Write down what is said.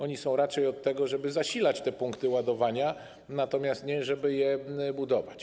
Oni są raczej od tego, żeby zasilać te punkty ładowania, natomiast nie od tego, żeby je budować.